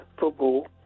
football